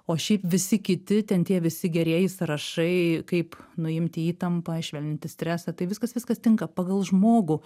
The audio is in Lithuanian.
o šiaip visi kiti ten tie visi gerieji sąrašai kaip nuimti įtampą švelninti stresą tai viskas viskas tinka pagal žmogų